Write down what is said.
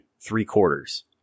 three-quarters